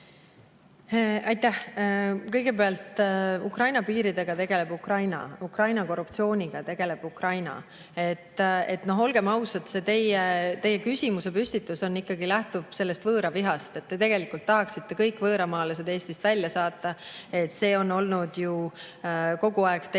Aitäh! Kõigepealt, Ukraina piiridega tegeleb Ukraina. Ukraina korruptsiooniga tegeleb Ukraina. Olgem ausad, see teie küsimusepüstitus lähtub ikkagi sellest võõravihast. Te tegelikult tahaksite kõik võõramaalased Eestist välja saata. See on olnud ju kogu aeg teie